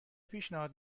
پیشنهاد